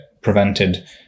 prevented